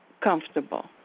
comfortable